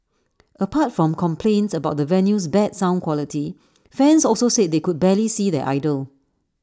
apart from complaints about the venue's bad sound quality fans also said they could barely see their idol